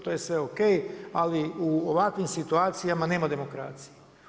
To je sve o.k. Ali u ovakvim situacijama nema demokracije.